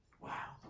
Wow